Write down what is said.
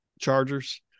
Chargers